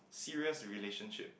serious relationship